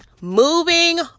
moving